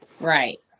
Right